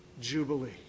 Jubilee